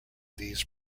these